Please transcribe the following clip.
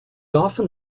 often